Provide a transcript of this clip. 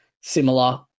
similar